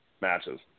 matches